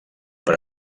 per